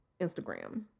Instagram